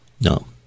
No